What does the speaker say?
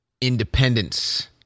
independence